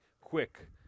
quick